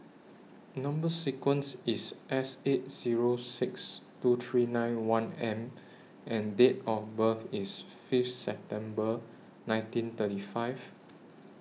Number sequence IS S eight Zero six two three nine one M and Date of birth IS Fifth September nineteen thirty five